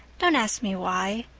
don't ask me why.